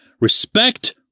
Respect